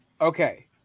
Okay